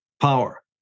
power